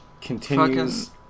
Continues